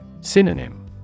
Synonym